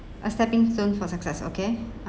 a stepping stone for success okay